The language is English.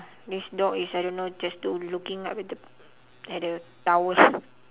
this dog is I don't know just look looking up at the at the towel